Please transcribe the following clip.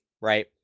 right